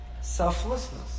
Selflessness